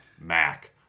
MAC